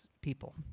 people